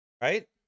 Right